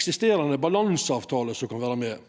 eksisterande balanseavtale som kan vera med.